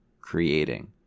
creating